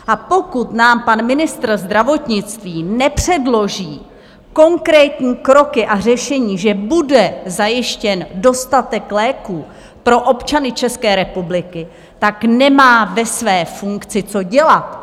A pokud nám pan ministr zdravotnictví nepředloží konkrétní kroky a řešení, že bude zajištěn dostatek léků pro občany České republiky, nemá ve své funkci co dělat.